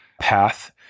path